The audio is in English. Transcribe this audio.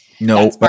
no